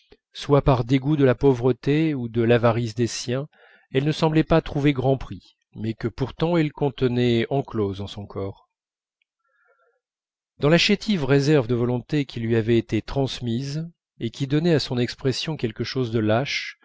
soit par dégoût de la pauvreté ou de l'avarice des siens elle ne semblait pas trouver grand prix mais que pourtant elle contenait enclose en son corps dans la chétive réserve de volonté qui lui avait été transmise et qui donnait à son expression quelque chose de lâche